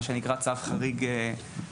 מה שנקרא צו חריג לשירות.